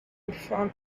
reform